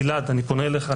גלעד, אני פונה אליך.